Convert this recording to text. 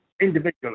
individually